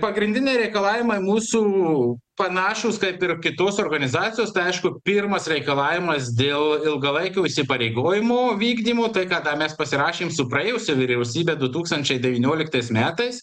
pagrindiniai reikalavimai mūsų panašūs kaip ir kitos organizacijos tai aišku pirmas reikalavimas dėl ilgalaikių įsipareigojimų vykdymo tai ką da mes pasirašėm su praėjusia vyriausybe du tūkstančiai devynioliktais metais